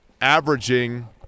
averaging